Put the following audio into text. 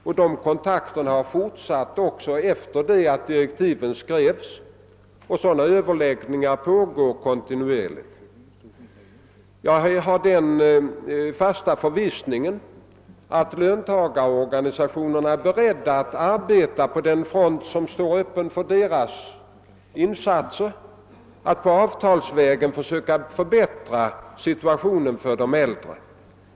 Dessa kontakter har sedermera fortsatt och överläggningar pågår kontinuerligt. Jag har den fasta förvissningen att löntagarorganisationerna är beredda att på den front som står öppen för deras insatser, dvs. avtalsvägen, söka förbättra situationen för de äldre.